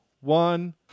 one